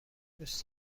دوست